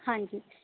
ਹਾਂਜੀ